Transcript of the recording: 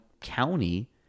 county